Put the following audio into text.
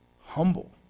humble